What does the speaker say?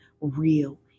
real